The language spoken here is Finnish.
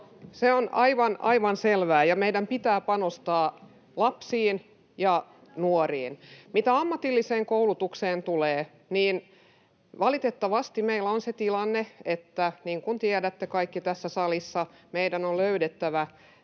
Se on aivan selvää. Meidän pitää panostaa lapsiin ja nuoriin. Mitä ammatilliseen koulutukseen tulee, niin valitettavasti meillä on se tilanne, niin kuin tiedätte kaikki tässä salissa, että meidän on löydettävä